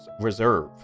Reserve